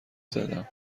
زدم